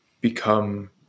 become